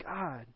God